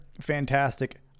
fantastic